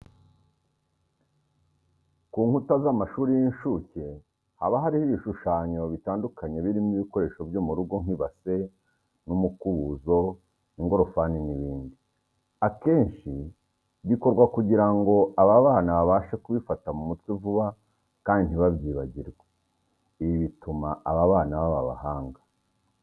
Ku nkuta z'amashiri y'incuke haba hariho ibishushanyo bitandukanye birimo ibikoresho byo mu rugo nk' ibase n'umukubuzo, ingorofani n'ibindi. Akenshi bikorwa kugira ngo aba bana babashe kubifata mu mutwe vuba kandi ntibabyibagirwe. Ibi bituma aba bana baba bahanga.